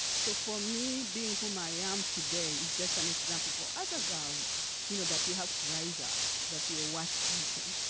so, for me, being whom i am today is just an example for other girls you know that you have to rise up, that you are worth something.